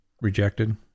rejected